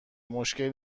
مشکلی